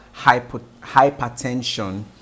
hypertension